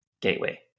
gateway